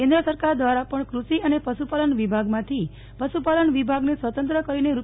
કેન્દ્ર સરકાર દ્વારા પણ કૃષિ અને પશુપાલન વિભાગમાંથી પશુપાલન વિભાગને સ્વતંત્ર કરીને રૂ